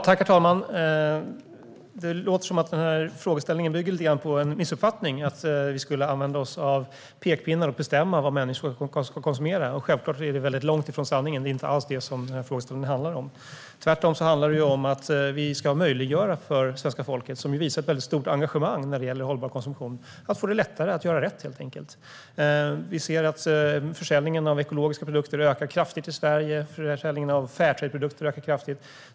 Herr talman! Det låter som att den här frågeställningen bygger lite grann på en missuppfattning - att vi skulle använda oss av pekpinnar och bestämma vad människor ska konsumera. Självklart är det väldigt långt ifrån sanningen. Det är inte alls det som den här frågeställningen handlar om. Tvärtom handlar den om att vi ska möjliggöra för svenska folket, som har visat ett väldigt stort engagemang när det gäller hållbar konsumtion, att helt enkelt få det lättare att göra rätt. Försäljningen av ekologiska produkter ökar kraftigt i Sverige, liksom försäljningen av Fairtrade-produkter.